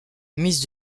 mise